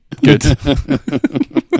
Good